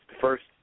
first